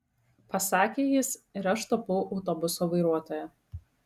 pasakė jis ir aš tapau autobuso vairuotoja